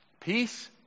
Peace